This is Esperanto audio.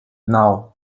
naŭ